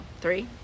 three